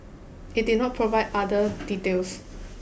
it did not provide other details